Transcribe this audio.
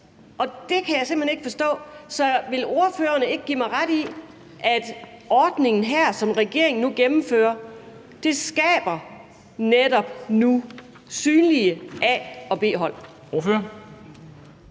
Det kan jeg simpelt hen ikke forstå. Så vil ordføreren ikke give mig ret i, at ordningen her, som regeringen nu gennemfører, netop skaber synlige A- og B-hold?